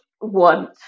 want